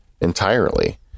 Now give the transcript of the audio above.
entirely